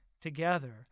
together